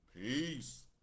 Peace